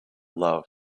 love